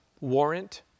warrant